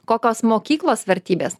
kokios mokyklos vertybės